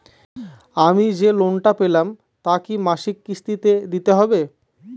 আমি যে লোন টা পেলাম তা কি মাসিক কিস্তি তে দিতে হবে?